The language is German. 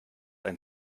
ein